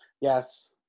yes